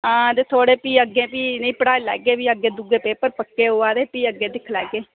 आं थोह्ड़े अग्गें भी इनेंगी पढ़ाई लैगे अग्गें दूऐ पेपर आवा दे भी दिक्खी लैगे